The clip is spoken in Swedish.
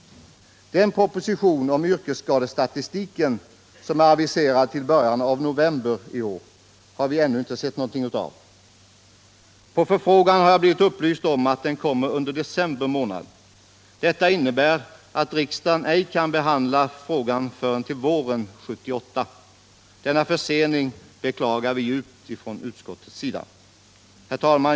Den proposition om yrkesskadestatistiken som är aviserad till början Nr 28 av november i år har vi ännu inte sett av. På förfrågan har jag blivit Onsdagen den upplyst om att den kommer under december månad. Detta innebär att 16 november 1977 riksdagen ej kan behandla frågan förrän våren 1978. Denna försening beklagar vi djupt från utskottets sida. Arbetsmiljölag, Herr talman!